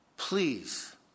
Please